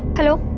hello?